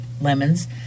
lemons